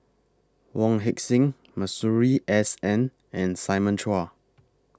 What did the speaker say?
Wong Heck Sing Masuri S N and Simon Chua